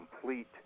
complete